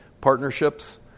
partnerships